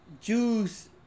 juice